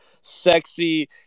sexy